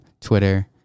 Twitter